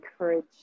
encourage